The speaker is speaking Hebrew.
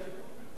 כי הם רעבים,